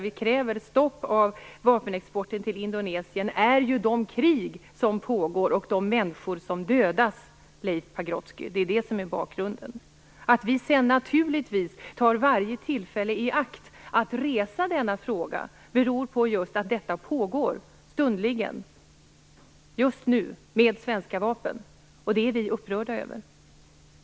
Vi kräver stopp av vapenexporten till Indonesien på grund av de krig som pågår och de människor som dödas, Leif Pagrotsky. Det är bakgrunden. Att vi naturligtvis tar varje tillfälle i akt att resa denna fråga beror just på att detta pågår stundligen, just nu, med svenska vapen. Det är vi upprörda över.